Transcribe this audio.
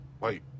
wait